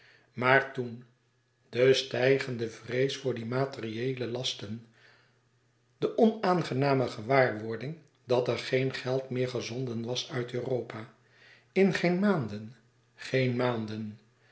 maar toen de stijgende vrees voor die materiëele lasten de onaangename gewaarwording dat er geen geld meer gezonden was uit europa in geen maanden geen maanden